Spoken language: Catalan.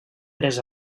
tres